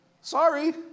Sorry